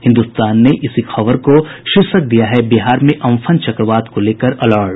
हिन्दुस्तान ने इसी खबर को शीर्षक दिया है बिहार में अम्फन चक्रवात को लेकर अलर्ट